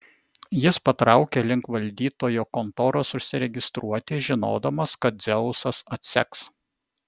jis patraukė link valdytojo kontoros užsiregistruoti žinodamas kad dzeusas atseks